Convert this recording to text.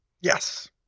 Yes